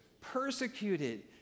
Persecuted